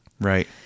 Right